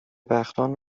بختان